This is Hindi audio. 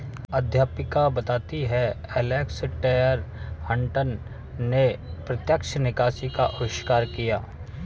अध्यापिका बताती हैं एलेसटेयर हटंन ने प्रत्यक्ष निकासी का अविष्कार किया